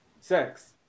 sex